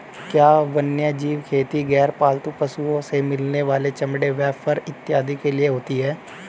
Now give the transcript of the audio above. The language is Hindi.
क्या वन्यजीव खेती गैर पालतू पशुओं से मिलने वाले चमड़े व फर इत्यादि के लिए होती हैं?